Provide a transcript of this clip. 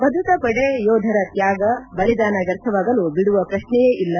ಭದ್ರತಾಪಡೆ ಯೋಧರ ತ್ವಾಗ ಬಲಿದಾನ ವ್ಯರ್ಥವಾಗಲು ಬಿಡುವ ಪ್ರಕ್ಷೆಯೇ ಇಲ್ಲ